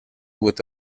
with